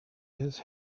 his